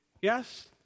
Yes